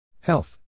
Health